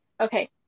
okay